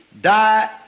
Die